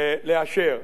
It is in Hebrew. אבל אני רוצה לומר: